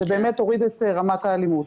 זה באמת הוריד את רמת האלימות.